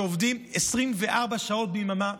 שעובדים 24 שעות ביממה,